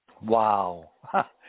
Wow